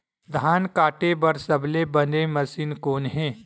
धान काटे बार सबले बने मशीन कोन हे?